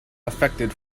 affected